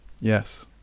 yes